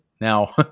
now